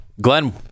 glenn